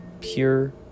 pure